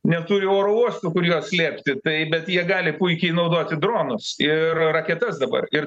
neturi oro uosto kur jo slėpti tai bet jie gali puikiai naudoti dronus ir raketas dabar ir